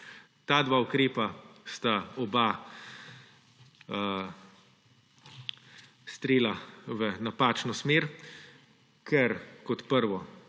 Ta dva ukrepa sta oba strela v napačno smer, ker kot prvo,